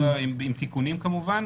עם תיקונים כמובן.